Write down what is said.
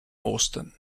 austen